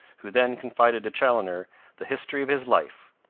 who then confided to chaloner the history of his life.